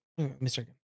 mr